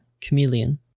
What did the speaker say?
Chameleon